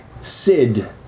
Sid